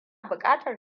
bukatar